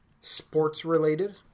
Sports-related